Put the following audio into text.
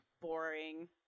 Boring